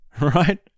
right